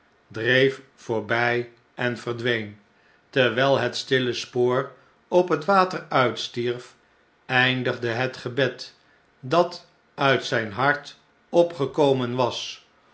dreef voorbjj en verdween terwn'lhet stille spoor op het water uitstierf eindigde het febed dat uit zfln hart opgekomen was